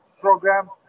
program